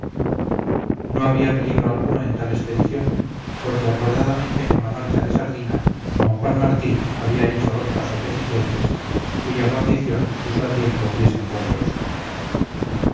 no había peligro alguno en tal expedición porque acordadamente con la marcha de sardina d juan martín había hecho otra sobre cifuentes cuya guarnición puso a tiempo pies en polvorosa